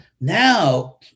Now